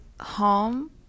home